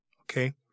okay